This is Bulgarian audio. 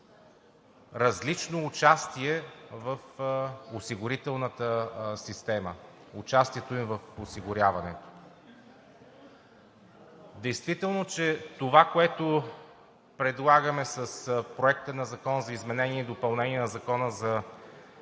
различно участие в осигурителната система, участието им в осигуряването. Действително, че това, което предлагаме с Проекта на закон за изменение и допълнение на Закона на